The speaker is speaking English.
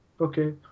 Okay